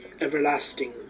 everlasting